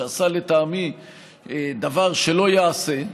שעשה לטעמי דבר שלא ייעשה,